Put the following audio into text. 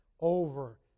over